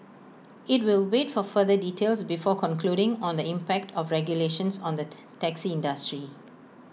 IT will wait for further details before concluding on the impact of the regulations on the taxi industry